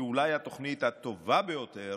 שאולי התוכנית הטובה ביותר,